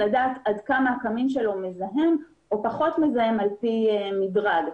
לדעת עד כמה הקמין שלו מזהם או פחות מזהם על פי מדרג.